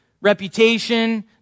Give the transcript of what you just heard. reputation